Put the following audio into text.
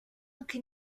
anche